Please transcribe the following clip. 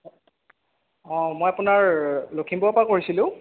মই আপোনাৰ লখিমপুৰৰ পৰা কৈছিলোঁ